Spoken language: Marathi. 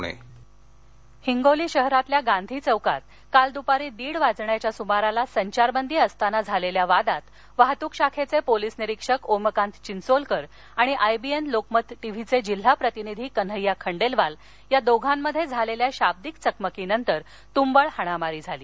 हाणामारी हिंगोली हिंगोली शहरातील गांधी चौकात काल दूपारी दीड वाजण्याच्या सुमारास संचारबंदी असताना झालखा वादात वाहतुक शाखद्वापोलीस निरीक्षक ओमकांत चिंचोलकर आणि आयबीएन लोकमत टीव्ही च जिल्हा प्रतिनिधी कन्हैय्या खंड्विवाल या दोघांमध्यव्रालखा शाब्दिक चकमकीनंतर तंबळ हाणामारी झाली